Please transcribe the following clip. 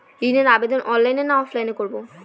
ঋণের আবেদন অনলাইন না অফলাইনে করব?